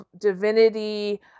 divinity